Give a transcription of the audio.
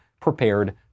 prepared